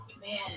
man